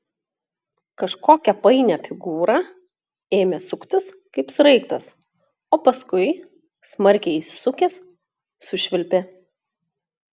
kažkokią painią figūrą ėmė suktis kaip sraigtas o paskui smarkiai įsisukęs sušvilpė